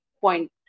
point